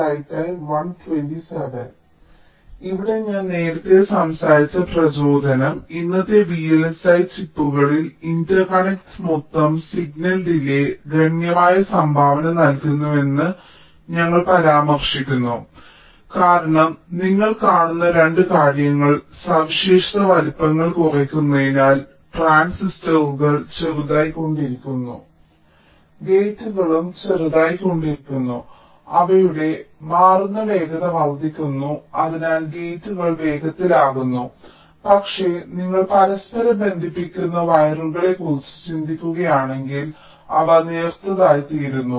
അതിനാൽ ഇവിടെ ഞാൻ നേരത്തേ സംസാരിച്ച പ്രചോദനം അതിനാൽ ഇന്നത്തെ VLSI ചിപ്പുകളിൽ ഇന്റർകണക്ടുകൾ മൊത്തം സിഗ്നൽ ഡിലേയ്യ് ഗണ്യമായ സംഭാവന നൽകുന്നുവെന്ന് ഞങ്ങൾ പരാമർശിക്കുന്നു കാരണം നിങ്ങൾ കാണുന്ന 2 കാര്യങ്ങൾ സവിശേഷത വലുപ്പങ്ങൾ കുറയ്ക്കുന്നതിനാൽ ട്രാൻസിസ്റ്ററുകൾ ചെറുതായിക്കൊണ്ടിരിക്കുന്നു ഗേറ്റുകളും ചെറുതായിക്കൊണ്ടിരിക്കുന്നു അവയുടെ മാറുന്ന വേഗത വർദ്ധിക്കുന്നു അതിനാൽ ഗേറ്റുകൾ വേഗത്തിലാകുന്നു പക്ഷേ നിങ്ങൾ പരസ്പരം ബന്ധിപ്പിക്കുന്ന വയറുകളെക്കുറിച്ച് ചിന്തിക്കുകയാണെങ്കിൽ അവ നേർത്തതായിത്തീരുന്നു